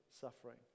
suffering